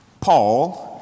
Paul